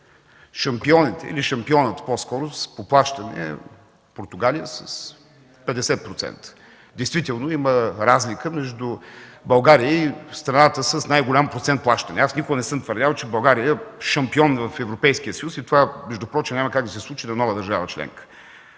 плащания. Шампионът по плащане е Португалия – с 50%. Действително има разлика между България и страната с най-голям процент плащания. Никога не съм твърдял, че България е шампион в Европейския съюз и това между впрочем няма как да се случи на нова държава членка.